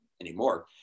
anymore